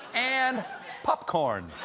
and popcorn.